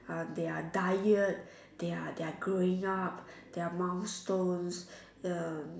on their diet their their growing up their milestones the